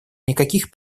никаких